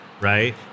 right